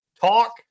talk